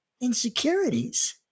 insecurities